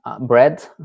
bread